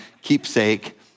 Keepsake